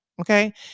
Okay